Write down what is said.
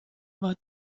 what